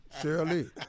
Shirley